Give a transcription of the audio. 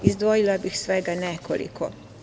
Izdvojila bih svega nekoliko.